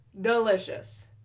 Delicious